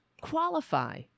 qualify